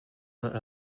not